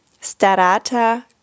Starata